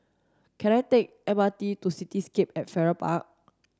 can I take the M R T to Cityscape at Farrer Park